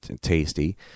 tasty